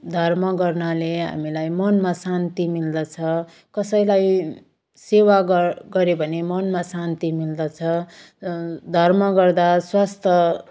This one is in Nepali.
धर्म गर्नाले हामीलाई मनमा शान्ति मिल्दछ कसैलाई सेवा गर गर्यो भने मनमा शान्ति मिल्दछ धर्म गर्दा स्वास्थ